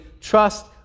trust